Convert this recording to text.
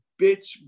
bitch